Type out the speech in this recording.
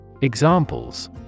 Examples